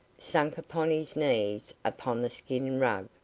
sank upon his knees upon the skin rug,